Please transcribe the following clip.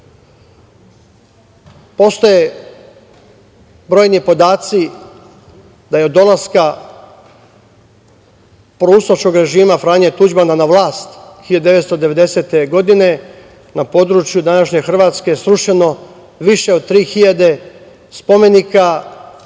postoje brojni podaci da je od dolaska proustaškog režima Franje Tuđmana na vlast 1990. godine na području današnje Hrvatske srušeno više od 3.000 spomenika,